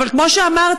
אבל כמו שאמרתי,